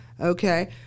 Okay